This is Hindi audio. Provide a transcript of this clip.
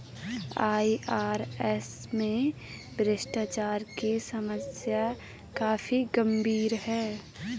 आई.आर.एस में भ्रष्टाचार की समस्या काफी गंभीर है